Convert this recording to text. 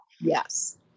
Yes